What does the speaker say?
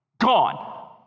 gone